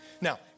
Now